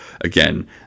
again